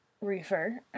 reefer